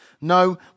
No